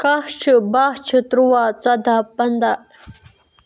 کاہ چھُ باہ چھُ تُرٛواہ ژۄداہ پنٛداہ